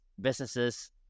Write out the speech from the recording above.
Businesses